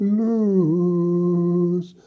lose